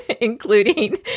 including